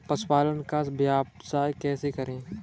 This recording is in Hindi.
पशुपालन का व्यवसाय कैसे करें?